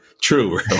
true